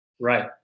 Right